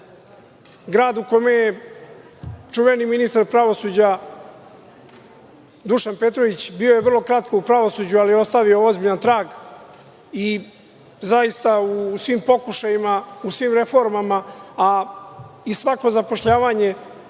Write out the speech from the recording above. grad u kome je čuveni ministar pravosuđa Dušan Petrović, bio je vrlo kratko u pravosuđu, ali je ostavio ozbiljan trag, i zaista u svim pokušajima, u svim reformama, a i svako zapošljavanje